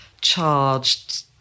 charged